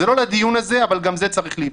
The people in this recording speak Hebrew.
זה לא לדיון הזה אבל גם זה צריך להיבדק.